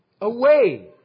Away